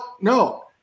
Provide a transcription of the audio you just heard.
No